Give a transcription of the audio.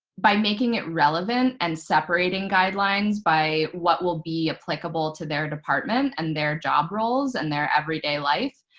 by making it relevant and separating guidelines by what will be applicable to their department and their job roles and their everyday life,